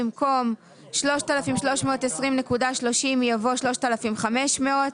במקום '3,320.30' יבוא '3,500'.